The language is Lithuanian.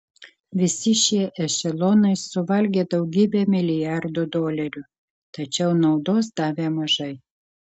visi šie ešelonai suvalgė daugybę milijardų dolerių tačiau naudos davė mažai